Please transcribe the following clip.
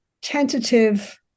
tentative